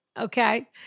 Okay